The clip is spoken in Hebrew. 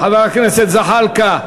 חבר הכנסת זחאלקה,